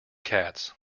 cats